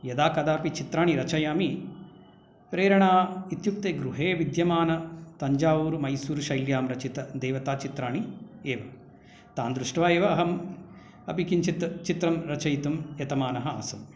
यदा कदापि चित्राणि रचयामि प्रेरणा इत्युक्ते गृहे विद्यमानतञ्जावूरुमैसूरुशैल्यां रचित देवताचित्राणि एव तान् दृष्ट्वा एव अहम् अपि किञ्चित् चित्रं रचयितुं यतमानः आसम्